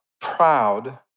proud